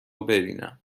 ببینم